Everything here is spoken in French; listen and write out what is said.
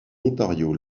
ontario